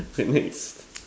okay next